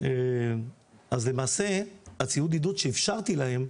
אז למעשה ציוד העידוד שאפשרתי להם,